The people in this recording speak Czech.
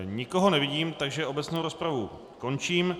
Nikoho nevidím, obecnou rozpravu končím.